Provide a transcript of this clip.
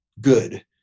good